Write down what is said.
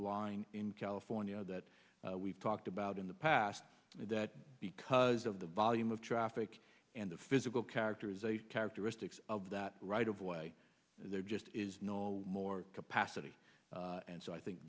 line in california that we've talked about in the past that because of the volume of traffic and the physical characterization characteristics of that right of way there just is no more capacity and so i think